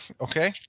Okay